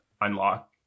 unlock